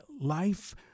life